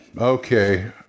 okay